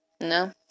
No